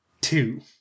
Two